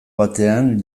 batean